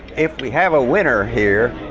if we have a winner here,